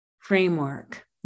framework